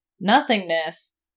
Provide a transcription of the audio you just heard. nothingness